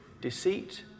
Deceit